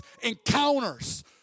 encounters